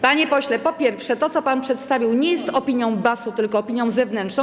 Panie pośle, po pierwsze, to, co pan przedstawił, nie jest opinią BAS-u, tylko opinią zewnętrzną.